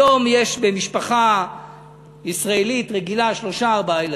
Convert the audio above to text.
היום יש במשפחה ישראלית רגילה שלושה-ארבעה ילדים.